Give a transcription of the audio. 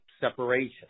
separation